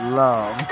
love